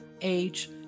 age